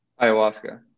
Ayahuasca